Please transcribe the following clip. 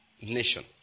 nation